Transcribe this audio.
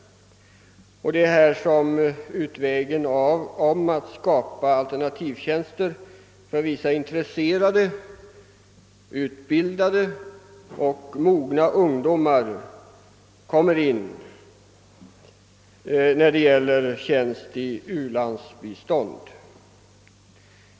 Det är där som utvägen att skapa alternativtjänster inom <:värnpliktstjänstgöringens ram för vissa intresserade, utbildade och mogna ungdomar kommer in i bilden.